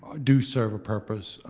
do serve a purpose